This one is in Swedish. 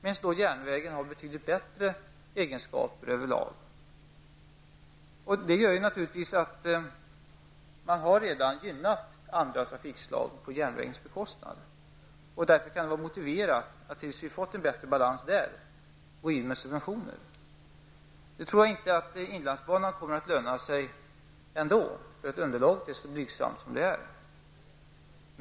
Järnvägen har över lag betydligt bättre egenskaper. Det gör naturligtvis att man redan har gynnat andra trafikslag på järnvägens bekostnad. Därför kan det vara motiverat att gå in med subventioner tills man har fått en bättre balans i detta sammanhang. Jag tror emellertid inte att inlandsbanan kommer att löna sig, eftersom underlaget är så blygsamt.